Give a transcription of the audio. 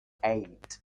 eight